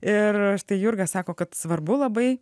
ir štai jurga sako kad svarbu labai